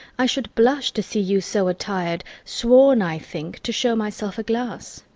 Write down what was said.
i should blush to see you so attir'd swoon, i think, to show myself a glass.